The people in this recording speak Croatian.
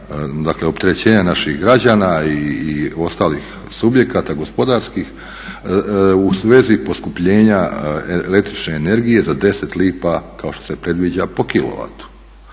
dakle opterećenja naših građana i ostalih subjekata gospodarskih u svezi poskupljenja električne energije za 10 lipa kao što se predviđa po